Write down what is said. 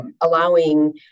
Allowing